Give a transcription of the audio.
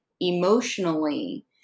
emotionally